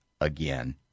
again